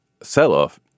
sell-off